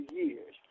years